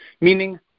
meaning